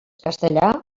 castellà